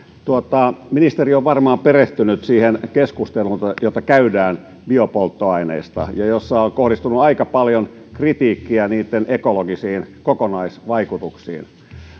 ministeri on varmaan perehtynyt siihen keskusteluun jota jota käydään biopolttoaineista ja jossa on kohdistunut aika paljon kritiikkiä niitten ekologisiin kokonaisvaikutuksiin